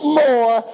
more